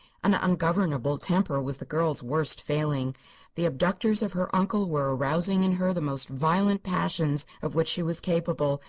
an ungovernable temper was the girl's worst failing the abductors of her uncle were arousing in her the most violent passions of which she was capable,